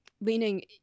leaning